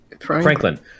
Franklin